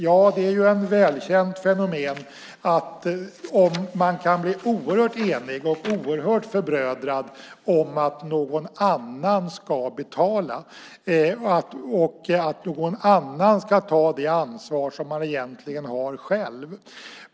Ja, det är ett välkänt fenomen att man kan bli oerhört enig och oerhört förbrödrad om att någon annan ska betala och ta det ansvar som man egentligen har själv.